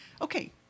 Okay